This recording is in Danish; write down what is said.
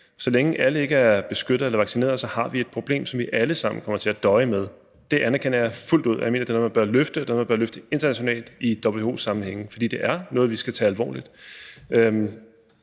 Så længe alle ikke er beskyttede eller vaccinerede, har vi et problem, som vi alle sammen kommer til at døje med. Det anerkender jeg fuldt ud, og jeg mener, det er noget, man bør løfte internationalt i WHO-sammenhæng, for det er noget, vi skal tage alvorligt.